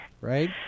right